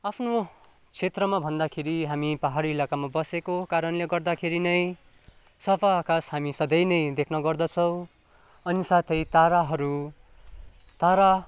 आफ्नो क्षेत्रमा भन्दाखेरि हामी पाहाडी इलाकामा बसेको कारणले गर्दाखेरि नै सफा आकाश हामी सधैँ नै देख्ने गर्दछौँ अनि साथै ताराहरू तारा